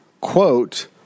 quote